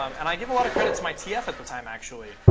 um and i give a lot of credit to my tf at the time, actually,